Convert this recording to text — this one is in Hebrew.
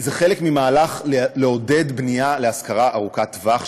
זה חלק ממהלך לעודד בנייה להשכרה ארוכת טווח,